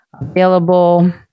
available